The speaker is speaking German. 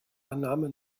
annahme